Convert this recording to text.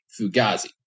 Fugazi